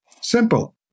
Simple